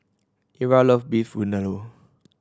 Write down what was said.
Ira love Beef Vindaloo